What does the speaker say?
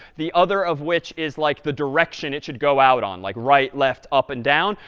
the other of which is like the direction it should go out on, like right, left, up and down.